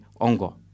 ongo